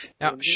Now